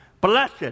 Blessed